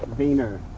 vayner.